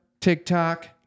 TikTok